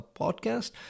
podcast